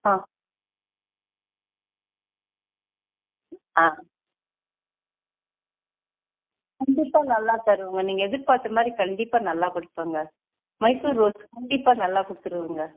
ஆ ஆ கண்டிப்பாக நல்லா தருவோம் நீங்கள் எதிர்பாத்த மாதிரி கண்டிப்பாக நல்லா கொடுப்போங்க மைசூர் ரோஸ் கண்டிப்பாக நல்லா கொடுத்துருவோங்க